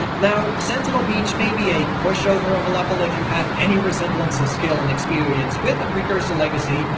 now, sentinel beach may be a pushover of a level if you have any resemblance of skill and experience with the precursor legacy,